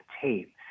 tape